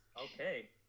Okay